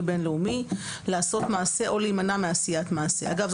בין-לאומי לעשות מעשה או להימנע מעשיית מעשה"; אגב,